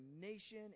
nation